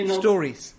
stories